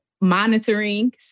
monitoring